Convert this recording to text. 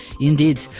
indeed